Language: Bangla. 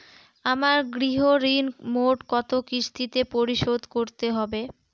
আমার গৃহঋণ মোট কত কিস্তিতে পরিশোধ করতে হবে?